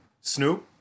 Snoop